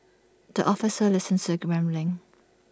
the officer listens the rambling